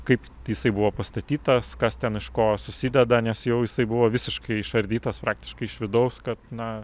kaip jisai buvo pastatytas kas ten iš ko susideda nes jau jisai buvo visiškai išardytas praktiškai iš vidaus kad na